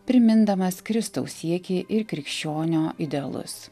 primindamas kristaus siekį ir krikščionio idealus